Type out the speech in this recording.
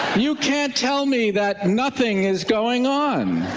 you can tell me that nothing is going on